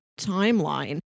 timeline